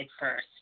first